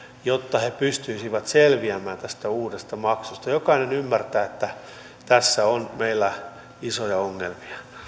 jotta he pystyisivät selviämään tästä uudesta maksusta jokainen ymmärtää että tässä on meillä isoja ongelmia